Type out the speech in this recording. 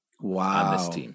Wow